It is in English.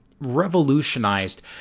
revolutionized